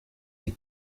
sie